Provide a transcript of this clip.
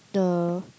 the